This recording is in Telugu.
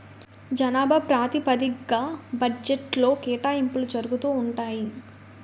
జనాభా ప్రాతిపదిగ్గా బడ్జెట్లో కేటాయింపులు జరుగుతూ ఉంటాయి